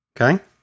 Okay